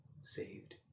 saved